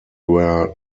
where